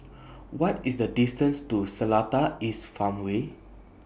What IS The distance to Seletar East Farmway